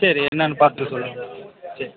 சரி என்னான்னு பார்த்துட்டு சொல்லுங்கள் சரி